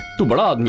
to but ah be